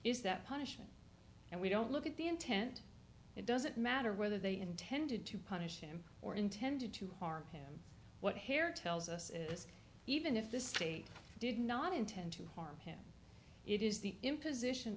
is that punishment and we don't look at the intent it doesn't matter whether they intended to punish him or intended to harm him what herr tells us is this even if the state did not intend to harm him it is the imposition